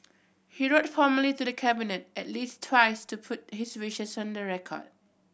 he wrote formally to the Cabinet at least twice to put his wishes on the record